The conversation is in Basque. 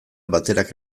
baterak